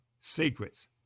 secrets